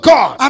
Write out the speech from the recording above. God